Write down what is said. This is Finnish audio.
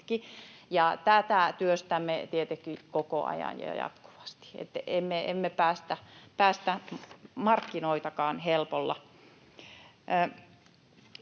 Tätä työstämme tietenkin koko ajan ja jatkuvasti, niin että emme päästä markkinoitakaan helpolla.